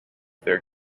their